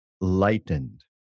lightened